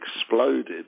exploded